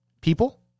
people